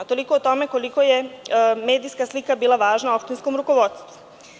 Toliko o tome koliko je medijska slika bila važna opštinskom rukovodstvu.